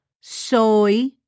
soy